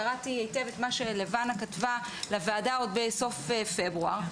קראתי היטב את מה שלבנה כתבה לוועדה עוד בסוף פברואר,